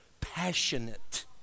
passionate